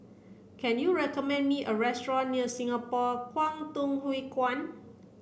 can you recommend me a restaurant near Singapore Kwangtung Hui Kuan